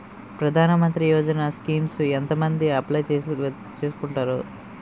ప్రధాన మంత్రి యోజన స్కీమ్స్ ఎంత మంది అప్లయ్ చేసుకోవచ్చు?